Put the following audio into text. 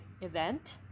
event